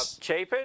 Chapin